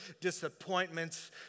disappointments